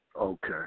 Okay